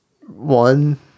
one